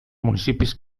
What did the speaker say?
municipis